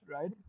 Right